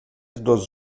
dos